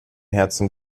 herzen